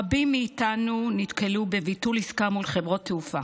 רבים מאיתנו נתקלו בביטול עסקה מול חברות תעופה.